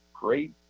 great